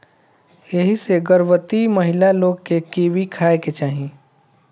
एही से गर्भवती महिला लोग के कीवी खाए के चाही